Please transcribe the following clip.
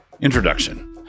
Introduction